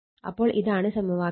അപ്പോൾ ഇതാണ് സമവാക്യം